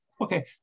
Okay